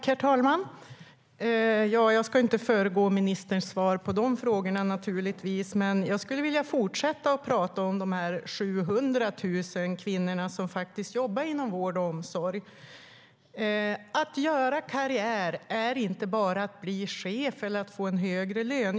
Herr talman! Jag ska naturligtvis inte förekomma ministerns svar på frågorna, men jag skulle vilja fortsätta att prata om de 700 000 kvinnor som jobbar inom vård och omsorg. Att göra karriär är inte bara att bli chef eller att få en högre lön.